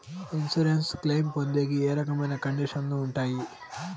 Insurance claim పొందేకి ఏ రకమైన కండిషన్లు ఉంటాయి?